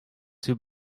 too